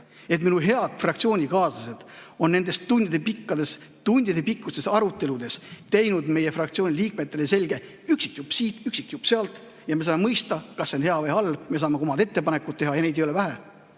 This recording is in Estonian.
et minu head fraktsioonikaaslased on nendes tundidepikkustes aruteludes teinud meie fraktsiooni liikmetele selgeks üksik jupp siit, üksik jupp sealt, ja me saame mõista, kas see on hea või halb. Me saame ka omad ettepanekud teha, ja neid ei ole vähe.